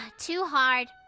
ah too hard.